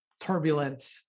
turbulent